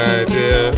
idea